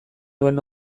duen